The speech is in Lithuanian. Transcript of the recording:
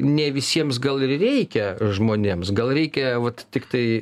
ne visiems gal ir reikia žmonėms gal reikia vat tiktai